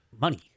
money